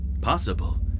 possible